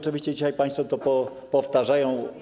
Dzisiaj państwo to powtarzają.